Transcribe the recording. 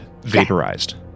vaporized